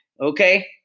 okay